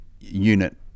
unit